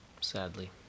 sadly